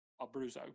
Abruzzo